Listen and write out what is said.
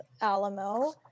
Alamo